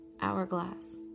hourglass